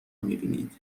میبینید